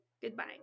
Goodbye